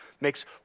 makes